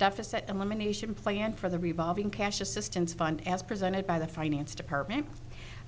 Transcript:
deficit elimination plan for the revolving cash assistance fund as presented by the finance department